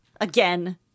Again